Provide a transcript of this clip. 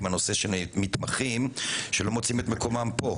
עם הנושא של מתמחים שלא מוצאים את מקומם כאן.